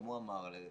גם הוא אמר את זה,